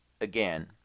again